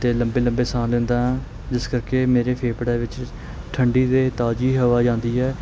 ਅਤੇ ਲੰਬੇ ਲੰਬੇ ਸਾਹ ਲੈਂਦਾ ਹਾਂ ਜਿਸ ਕਰਕੇ ਮੇਰੇ ਫੇਫੜਿਆਂ ਵਿੱਚ ਠੰਡੀ ਅਤੇ ਤਾਜ਼ੀ ਹਵਾ ਜਾਂਦੀ ਹੈ